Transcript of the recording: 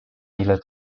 ile